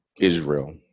Israel